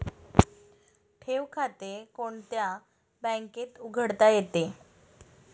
ठेव खाते कोणत्या बँकेत उघडता येते?